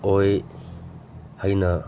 ꯑꯣꯏ ꯍꯥꯏꯅ